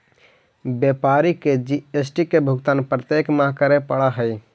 व्यापारी के जी.एस.टी के भुगतान प्रत्येक माह करे पड़ऽ हई